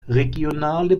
regionale